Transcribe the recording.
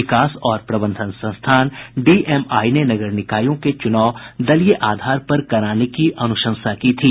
विकास और प्रबंधन संस्थान डीएमआई ने नगर निकायों के चुनाव दलीय आधार पर कराने की अनुशंसा की थी